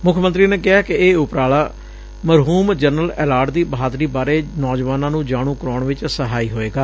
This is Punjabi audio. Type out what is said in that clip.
ਮੁੱਖ ਮੰਤਰੀ ਨੇ ਕਿਹਾ ਕਿ ਇਹ ਉਪਰਾਲਾ ਮਰਹੂਮ ਜਨਰਲ ਐਲਾਰਡ ਦੀ ਬਹਾਦਰੀ ਬਾਰੇ ਨੌਜਵਾਨਾਂ ਨੂੰ ਜਾਣੂੰ ਕਰਵਾਉਣ ਵਿੱਚ ਸਹਾਈ ਹੋਵੇਗਾ